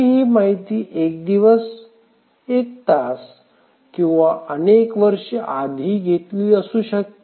मी ही माहिती एक दिवस एक तास किंवा अनेक वर्ष आधीही घातलेली असू शकते